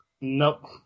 Nope